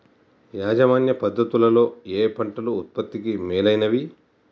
యాజమాన్య పద్ధతు లలో ఏయే పంటలు ఉత్పత్తికి మేలైనవి?